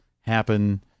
happen